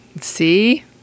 See